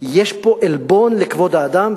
יש פה עלבון לכבוד האדם,